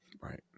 Right